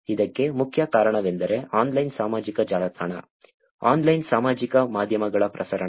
ಇದಕ್ಕೆ ಮುಖ್ಯ ಕಾರಣವೆಂದರೆ ಆನ್ಲೈನ್ ಸಾಮಾಜಿಕ ಜಾಲತಾಣ ಆನ್ಲೈನ್ ಸಾಮಾಜಿಕ ಮಾಧ್ಯಮಗಳ ಪ್ರಸರಣ